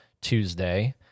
Tuesday